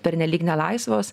pernelyg nelaisvos